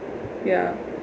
ya